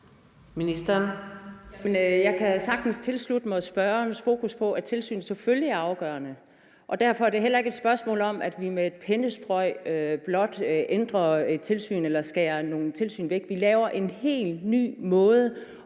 Jeg kan sagtens tilslutte mig spørgerens fokus på, at tilsyn selvfølgelig er afgørende. Derfor er det heller ikke et spørgsmål om, at vi med et pennestrøg blot ændrer et tilsyn eller skærer nogle tilsyn væk. Vi laver en hel ny måde